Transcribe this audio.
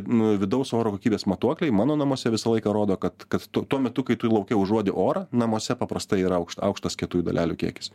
nu vidaus oro kokybės matuokliai mano namuose visą laiką rodo kad kad tuo metu kai tu lauke užuodi orą namuose paprastai yra aukštas kietųjų dalelių kiekis